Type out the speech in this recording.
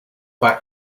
back